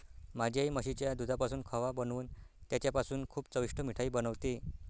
माझी आई म्हशीच्या दुधापासून खवा बनवून त्याच्यापासून खूप चविष्ट मिठाई बनवते